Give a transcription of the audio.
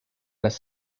las